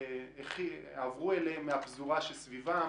עברו אליהם מהפזורה שסביבם?